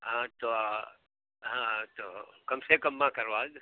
हाँ तो हाँ तो कम से कम में करबा दो